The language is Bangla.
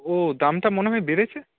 ও দামটা মনে হয় বেড়েছে